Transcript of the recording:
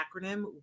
acronym